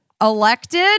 elected